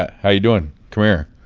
how you doing? come here.